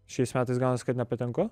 šiais metais gaunasi kad nepatenku